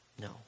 No